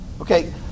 Okay